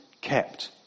kept